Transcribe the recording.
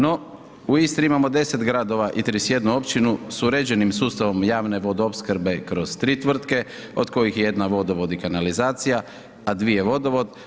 No, u Istri imamo 10 gradova i 31 općinu sa uređenim sustavom javne vodoopskrbe kroz tri tvrtke od kojih je jedna vodovod i kanalizacija a dvije vodovod.